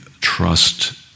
trust